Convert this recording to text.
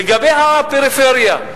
לגבי הפריפריה.